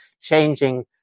changing